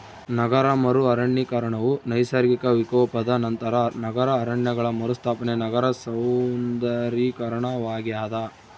ನಗರ ಮರು ಅರಣ್ಯೀಕರಣವು ನೈಸರ್ಗಿಕ ವಿಕೋಪದ ನಂತರ ನಗರ ಅರಣ್ಯಗಳ ಮರುಸ್ಥಾಪನೆ ನಗರ ಸೌಂದರ್ಯೀಕರಣವಾಗ್ಯದ